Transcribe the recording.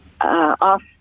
Off